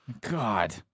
God